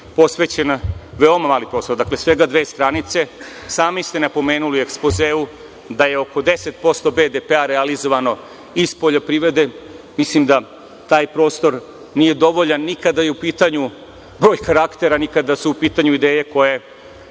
posvećen veoma mali prostor, dakle, svega dve stranice. Sami ste napomenuli u ekspozeu da je oko 10% BDP-a realizovano iz poljoprivrede. Mislim da taj prostor nije dovoljan ni kada je u pitanju broj karaktera, ni kada su u pitanju ideje koje